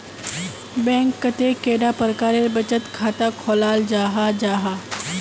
Bank कतेक कैडा प्रकारेर बचत खाता खोलाल जाहा जाहा?